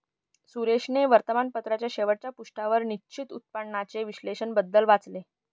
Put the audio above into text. सुरेशने वर्तमानपत्राच्या शेवटच्या पृष्ठावर निश्चित उत्पन्नाचे विश्लेषण बद्दल वाचले